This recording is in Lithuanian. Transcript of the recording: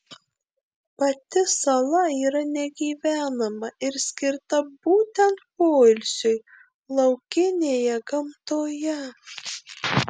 pati sala yra negyvenama ir skirta būtent poilsiui laukinėje gamtoje